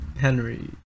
Henry